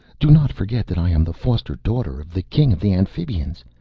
do not forget that i am the foster-daughter of the king of the amphibians!